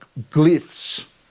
glyphs